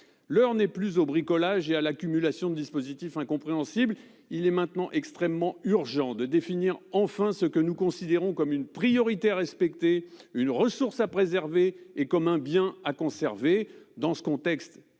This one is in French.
L'heure n'est plus au bricolage et à l'accumulation de dispositifs incompréhensibles. Il est maintenant extrêmement urgent de définir enfin ce que nous considérons comme une priorité à respecter, une ressource à préserver et comme un bien à conserver. Dans ce contexte,